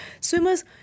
swimmers